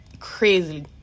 crazy